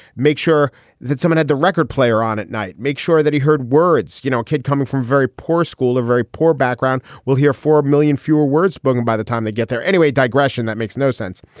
make sure that someone at the record player on at night, make sure that he heard words. you know, a kid coming from very poor school, a very poor background. we'll hear four million fewer words book and by the time they get there anyway. digression that makes no sense.